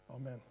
Amen